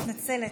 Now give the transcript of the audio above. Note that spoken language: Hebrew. מתנצלת.